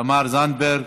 תמר זנדברג,